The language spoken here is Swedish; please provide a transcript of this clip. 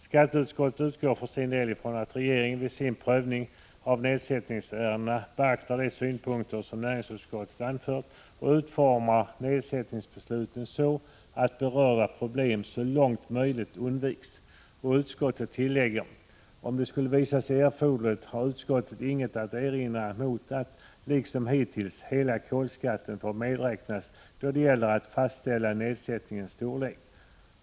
Skatteutskottet utgår för sin del ifrån att regeringen vid sin prövning av nedsättningsärendena beaktar de synpunkter näringsutskottet anfört och utformar nedsättningsbesluten så att berörda problem så långt möjligt undviks. Och utskottet tillägger: ”Om det skulle visa sig erforderligt har utskottet inget att erinra mot att, liksom hittills, hela kolskatten får medräknas då det gäller att fastställa nedsättningens storlek.